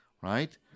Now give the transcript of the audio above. Right